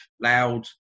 loud